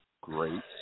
great